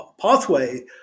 pathway